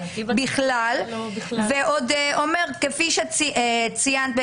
הוא עוד אומר: כפי שציינת,